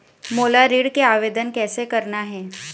मोला ऋण के आवेदन कैसे करना हे?